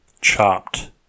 Chopped